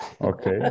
Okay